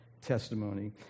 testimony